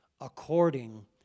according